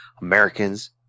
Americans